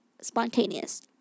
spontaneous